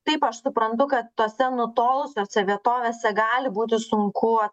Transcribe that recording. taip aš suprantu kad tose nutolusiose vietovėse gali būtų sunku